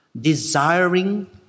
Desiring